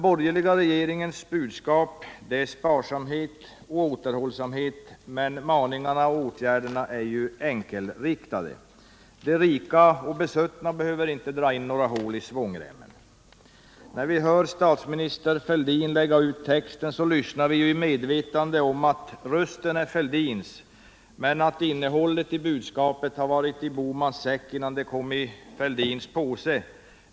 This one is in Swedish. Den borgerliga regeringens budskap är sparsamhet och återhållsamhet, men maningarna och åtgärderna är enkelriktade. De rika och besuttna behöver inte dra in några hål i svångremmen. När vi hör statsminister Fälldin lägga ut texten lyssnar vi i medvetande om att rösten är Fälldins. men att innehållet i budskapet har varit i Boh mans säck innan det kom i Fälldins påse.